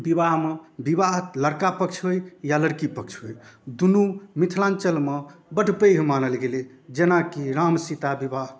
विवाहमे विवाह लड़का पक्षमे होइ या लड़की पक्ष होइ दुनू मिथिलाञ्चलमे बड़ पैघ मानल गेलै जेनाकि राम सीता विवाह